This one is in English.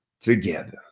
together